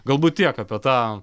galbūt tiek apie tą